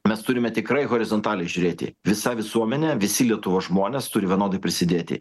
mes turime tikrai horizontaliai žiūrėti visa visuomenė visi lietuvos žmonės turi vienodai prisidėti